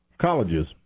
colleges